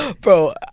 Bro